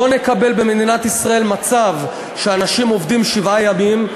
לא נקבל במדינת ישראל מצב שאנשים עובדים שבעה ימים,